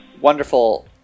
wonderful